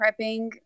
prepping